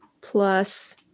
plus